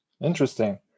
Interesting